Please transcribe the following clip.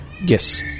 yes